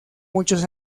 muchos